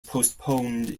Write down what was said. postponed